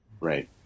right